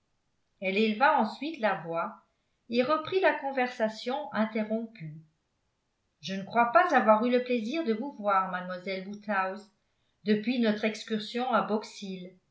elle éleva ensuite la voix et reprit la conversation interrompue je ne crois pas avoir eu le plaisir de vous voir mademoiselle woodhouse depuis notre excursion à box